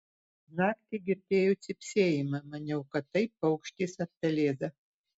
naktį girdėjau cypsėjimą maniau kad tai paukštis ar pelėda